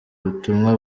ubutumwa